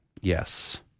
yes